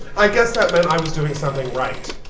i guess that meant i was doing something right.